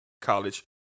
college